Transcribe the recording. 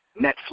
Netflix